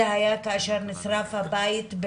זה היה כאשר נשרף הבית,